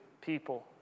people